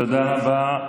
תודה רבה.